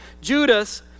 Judas